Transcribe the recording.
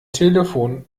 telefon